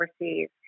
overseas